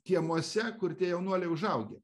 kiemuose kur tie jaunuoliai užaugę